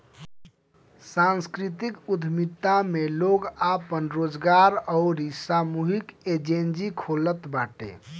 सांस्कृतिक उद्यमिता में लोग आपन रोजगार अउरी सामूहिक एजेंजी खोलत बाटे